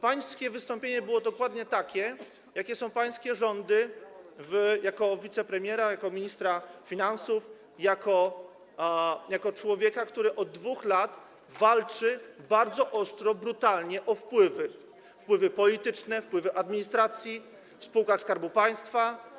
Pańskie wystąpienie było dokładnie takie, jakie są pańskie rządy jako wicepremiera, jako ministra finansów, jako człowieka, który od 2 lat walczy bardzo ostro, brutalnie o wpływy - wpływy polityczne, wpływy w administracji, w spółkach Skarbu Państwa.